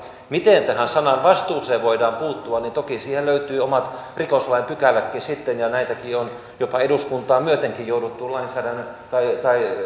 miten tähän sananvastuuseen voidaan puuttua toki siihen löytyy omat rikoslain pykälätkin sitten ja on näihin jopa eduskuntaa myöten jouduttu lainsäädännössä tai